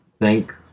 Thank